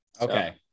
Okay